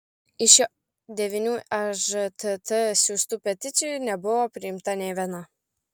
iš jo devynių į ežtt siųstų peticijų nebuvo priimta nė viena